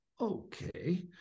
okay